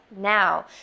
now